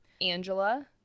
Angela